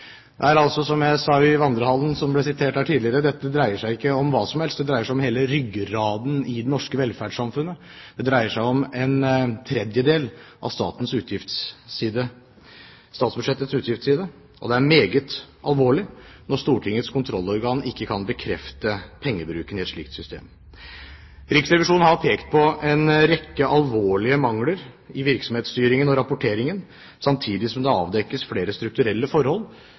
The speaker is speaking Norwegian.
Det er altså slik – som jeg sa i vandrehallen, og som ble sitert her tidligere – at dette dreier seg ikke om hva som helst, det dreier seg om hele ryggraden i det norske velferdssamfunnet, det dreier seg om en tredjedel av statsbudsjettets utgiftsside. Det er meget alvorlig når Stortingets kontrollorgan ikke kan bekrefte pengebruken i et slikt system. Riksrevisjonen har pekt på en rekke alvorlige mangler i virksomhetsstyringen og rapporteringen, samtidig som det avdekkes flere strukturelle forhold